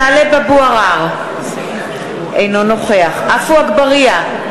טלב אבו עראר, אינו נוכח עפו אגבאריה,